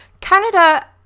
Canada